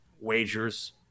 wagers